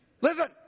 Listen